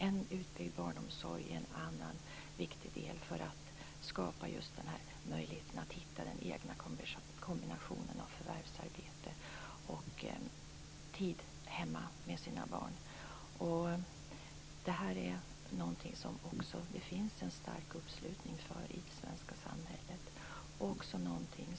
En utbyggd barnomsorg är en annan viktig del för att skapa just denna möjlighet för föräldrarna att hitta den egna kombinationen av förvärvsarbete och tid hemma med sina barn. Detta är något som det också finns en stark uppslutning kring i det svenska samhället.